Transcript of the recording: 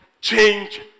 change